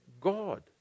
God